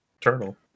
turtle